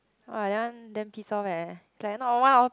!wah! that one damn pissed off eh it's like not one hour